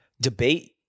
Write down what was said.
debate